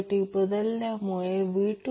85 असेल म्हणून 42